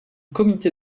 comité